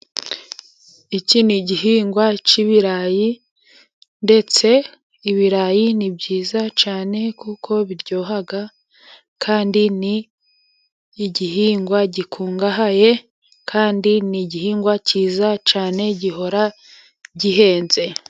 Iki ni igihingwa cy'ibirayi, ndetse ibirayi ni byiza cyane kuko biryoha, kandi ni igihingwa gikungahaye, kandi ni igihingwa cyiza cyane gihora gihenze.